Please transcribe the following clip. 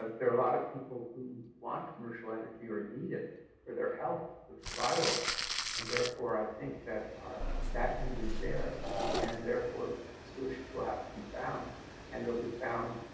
there are a lot of people who want commercial energy or need it for their health, for survival and therefore i think that ah that need is there and therefore solutions will have to be found and it'll be found